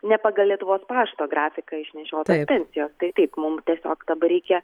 ne pagal lietuvos pašto grafiką išnešiotos pensijos tai taip mum tiesiog dabar reikia